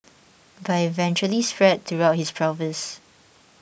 but it eventually spread throughout his pelvis